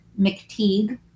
McTeague